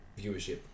viewership